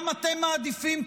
גם אתם מעדיפים,